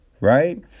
right